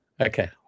okay